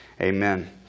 Amen